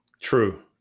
True